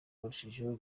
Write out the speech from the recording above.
barushijeho